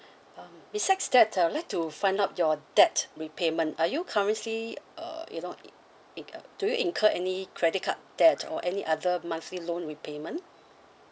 um besides that uh I'd like to find out your debt repayment are you currently uh you know in uh do you incur any credit card debt or any other monthly loan repayment